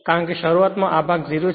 કારણ કે શરૂઆતમાં આ ભાગ 0 છે